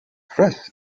stress